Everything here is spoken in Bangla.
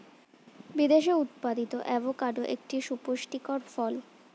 বিদেশে উৎপাদিত অ্যাভোকাডো একটি সুপুষ্টিকর ফল